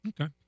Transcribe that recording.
okay